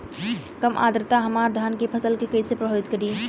कम आद्रता हमार धान के फसल के कइसे प्रभावित करी?